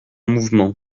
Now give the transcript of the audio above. mouvement